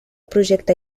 projecte